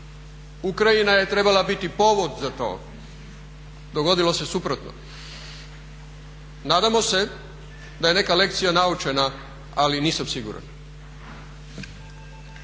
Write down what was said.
Ukrajina je trebala biti povod za to. Dogodilo se suprotno. Nadamo se da je neka lekcija naučena, ali nisam siguran.